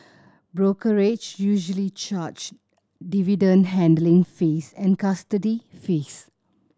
brokerage usually charge dividend handling fees and custody fees